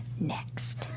next